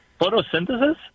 Photosynthesis